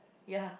ya